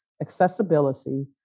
accessibility